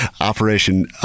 Operation